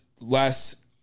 last